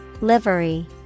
Livery